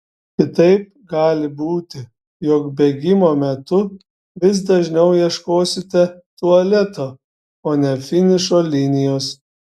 kitaip gali būti jog bėgimo metu vis dažniau ieškosite tualeto o ne finišo linijos